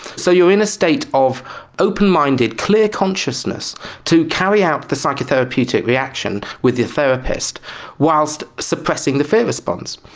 so you're in a state of open-minded clear consciousness to carry out the psychotherapeutic reaction with your therapist whilst suppressing the fear response.